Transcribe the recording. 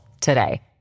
today